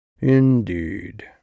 Indeed